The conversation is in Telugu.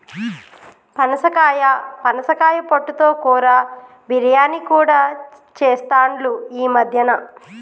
పనసకాయ పనస పొట్టు తో కూర, బిర్యానీ కూడా చెస్తాండ్లు ఈ మద్యన